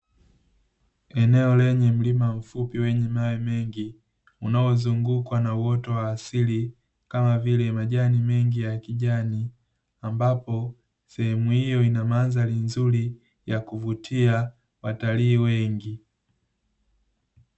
Eneo lenye mlima mfupi wenye mawe mengi, unaozungukwa na uoto wa asili kama vile majani mengi ya kijani, ambapo sehemu hiyo ina mandhari nzuri ya kuvutia watalii wengi.